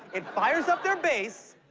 it fires up their base,